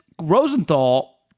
Rosenthal